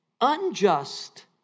unjust